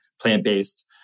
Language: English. plant-based